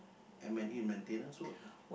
M_N_E maintenance work ah